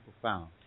profound